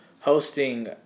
Hosting